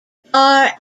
bar